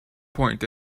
point